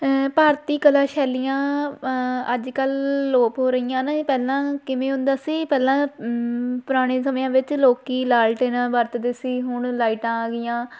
ਭਾਰਤੀ ਕਲਾ ਸ਼ੈਲੀਆਂ ਅੱਜ ਕੱਲ੍ਹ ਅਲੋਪ ਹੋ ਰਹੀਆਂ ਨੇ ਇਹ ਪਹਿਲਾਂ ਕਿਵੇਂ ਹੁੰਦਾ ਸੀ ਪਹਿਲਾਂ ਪੁਰਾਣੇ ਸਮਿਆਂ ਵਿੱਚ ਲੋਕੀਂ ਲਾਲਟੇਨਾਂ ਵਰਤਦੇ ਸੀ ਹੁਣ ਲਾਈਟਾਂ ਆ ਗਈਆਂ